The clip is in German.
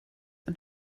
und